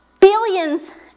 billions